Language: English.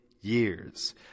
years